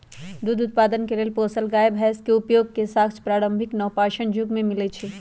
दूध उत्पादन के लेल पोसल गाय सभ के उपयोग के साक्ष्य प्रारंभिक नवपाषाण जुग में मिलइ छै